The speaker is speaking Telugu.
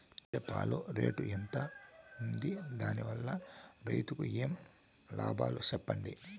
గేదె పాలు రేటు ఎంత వుంది? దాని వల్ల రైతుకు ఏమేం లాభాలు సెప్పండి?